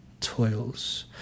toils